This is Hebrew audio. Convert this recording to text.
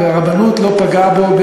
והרבנות לא פגעה בו,